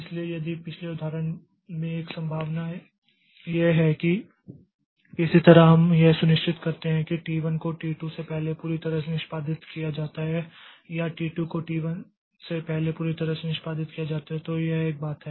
इसलिए यदि पिछले उदाहरण में एक संभावना यह है कि किसी तरह हम यह सुनिश्चित करते हैं कि टी 1 को टी 2 से पहले पूरी तरह से निष्पादित किया जाता है या टी 2 को टी 1 से पहले पूरी तरह से निष्पादित किया जाता है तो यह एक बात है